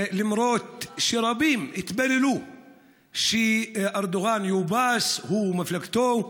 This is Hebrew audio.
למרות שרבים התפללו שארדואן יובס, הוא ומפלגתו,